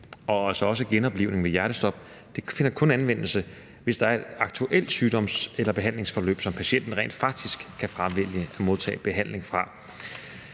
også genoplivning ved hjertestop kun finder anvendelse, hvis der er et aktuelt sygdoms- eller behandlingsforløb, som patienten rent faktisk kan fravælge at modtage behandling fra.